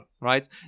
right